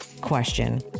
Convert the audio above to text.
question